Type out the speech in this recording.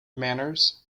manners